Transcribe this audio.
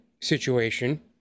situation